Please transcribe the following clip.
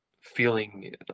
feeling